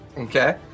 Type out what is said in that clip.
Okay